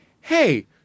hey